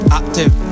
active